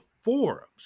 forums